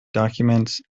documents